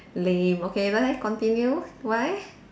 lame okay 来来 continue why